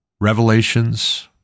Revelations